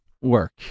work